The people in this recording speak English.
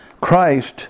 Christ